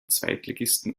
zweitligisten